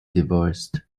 divorced